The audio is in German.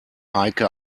heike